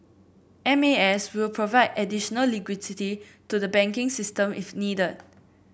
M A S will provide additional liquidity to the banking system if needed